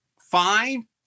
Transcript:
fine